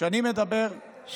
כשאני מדבר על הפתרונות,